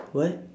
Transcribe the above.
what